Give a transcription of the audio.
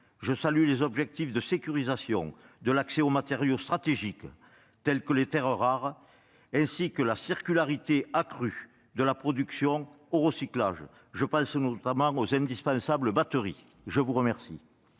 je salue les objectifs de sécurisation de l'accès aux matériaux stratégiques tels que les terres rares, ainsi que la circularité accrue de la production au recyclage - je pense, notamment, aux indispensables batteries. La parole